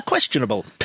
questionable